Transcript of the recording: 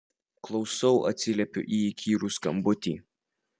klausau atsiliepiu į įkyrų skambutį